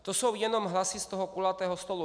To jsou jenom hlasy z toho kulatého stolu.